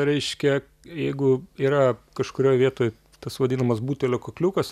reiškia jeigu yra kažkurioj vietoj tas vadinamas butelio kakliukas